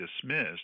dismissed